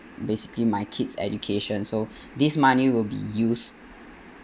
basically my kids' education so this money will be used